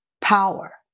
Power